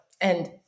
and-